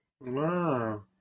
Wow